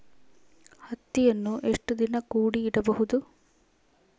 ಹತ್ತಿಯನ್ನು ಎಷ್ಟು ದಿನ ಕೂಡಿ ಇಡಬಹುದು?